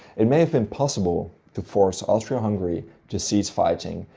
it may have been possible to force austro-hungary to cease fighting,